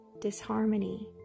disharmony